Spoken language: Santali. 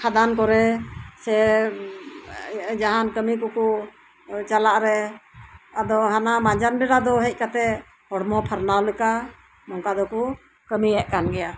ᱠᱷᱟᱫᱟᱱ ᱠᱚᱨᱮ ᱥᱮ ᱡᱟᱦᱟᱸᱱ ᱠᱟᱢᱤ ᱠᱚᱠᱚ ᱪᱟᱞᱟᱜ ᱨᱮ ᱟᱫᱚ ᱦᱟᱱᱟ ᱢᱟᱡᱟᱱ ᱵᱮᱲᱟ ᱫᱚ ᱦᱮᱡ ᱠᱟᱛᱮᱜ ᱦᱚᱲᱢᱚ ᱯᱷᱟᱨᱱᱟᱣ ᱞᱮᱠᱟ ᱱᱚᱝᱠᱟ ᱫᱚᱠᱚ ᱠᱟᱢᱤᱭᱮᱜ ᱠᱟᱱ ᱜᱮᱭᱟ